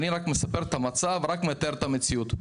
אני רק מספר את המצב ומתאר את המציאות,